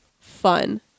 fun